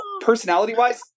personality-wise